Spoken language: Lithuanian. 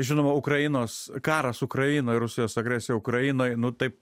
žinoma ukrainos karas ukrainoj rusijos agresija ukrainoj nu taip